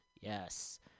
Yes